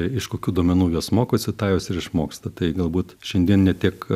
iš kokių duomenų jos mokosi tą jos ir išmoksta tai galbūt šiandien ne tiek